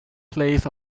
plays